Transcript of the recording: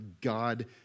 God